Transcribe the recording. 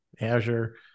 Azure